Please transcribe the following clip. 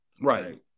right